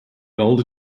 older